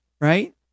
right